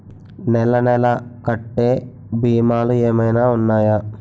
నెల నెల కట్టే భీమాలు ఏమైనా ఉన్నాయా?